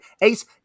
Ace